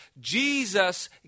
Jesus